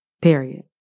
period